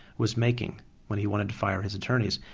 was making when he wanted to fire his attorney.